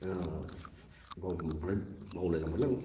बावलायलांबायलां